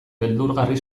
beldurgarri